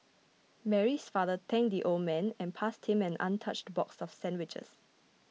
Mary's father thanked the old man and passed him an untouched box of sandwiches